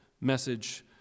message